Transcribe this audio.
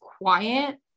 quiet